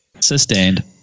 Sustained